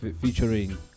featuring